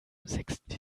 sechsten